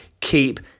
keep